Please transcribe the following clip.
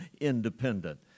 independent